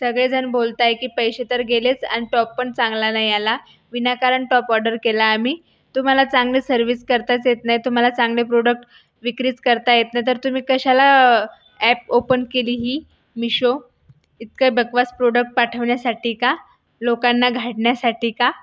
सगळेजण बोलत आहेत की पैसे तर गेलेच आणि टॉपपण चांगला नाही आला विनाकारण टॉप ऑडर केलाय आम्ही तुम्हाला चांगली सर्विस करताच येत नाही तुम्हाला चांगले प्रोडक विक्रीच करता येत नाही तर तुम्ही कशाला ॲप ओपन केली ही मीशो इतके बकवास प्रोडक पाठवण्यासाठी का लोकांना गाडण्यासाठी का